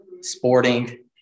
Sporting